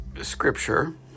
Scripture